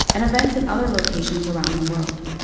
and events in other locations around the world.